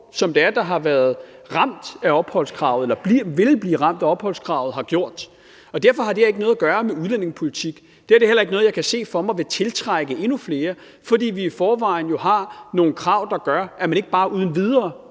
borgere, som har været ramt af opholdskravet eller vil blive ramt af opholdskravet, har gjort. Derfor har det her ikke noget at gøre med udlændingepolitik. Det her er heller ikke noget, jeg kan se for mig vil tiltrække endnu flere, fordi vi jo i forvejen har nogle krav, der gør, at man ikke bare uden videre